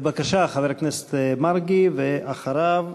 בבקשה, חבר הכנסת מרגי, ואחריו,